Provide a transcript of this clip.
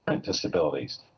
disabilities